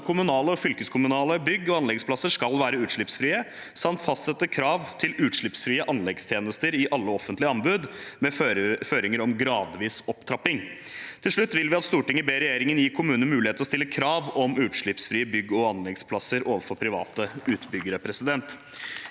kommunale og fylkeskommunale bygg- og anleggsplasser skal være utslippsfrie, samt fastsette et krav til utslippsfrie anleggstjenester i alle offentlige anbud, med føringer om en gradvis opptrapping.» Til slutt vil vi at: «Stortinget ber regjeringen gi kommuner mulighet til å stille krav om utslippsfrie bygg- og anleggsplasser overfor private utbyggere.» Det